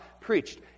preached